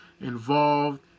involved